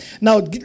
now